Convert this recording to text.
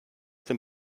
dem